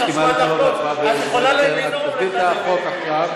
את יכולה לנאום את הנאום,